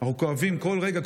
אנחנו כואבים כל רגע,